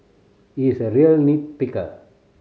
he is a real nit picker